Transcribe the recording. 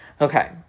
Okay